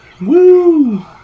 Woo